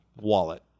wallet